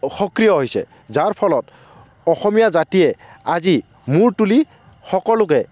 সক্ৰিয় হৈছে যাৰ ফলত অসমীয়া জাতিয়ে আজি মূৰ তুলি সকলোকে